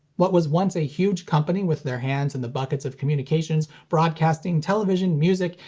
what was once a huge company with their hands in the buckets of communications, broadcasting, television, music,